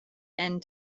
end